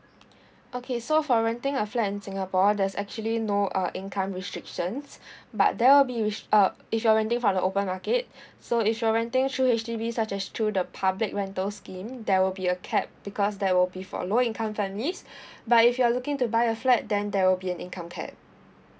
okay so for renting a flat in singapore there's actually no uh income restrictions but there will be risk uh if you're renting from the open market so if you're renting through H_D_B such as through the public rental scheme there will be a cap because that will be for low income families but if you're looking to buy a flat then there will be an income cap